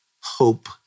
hope